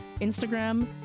Instagram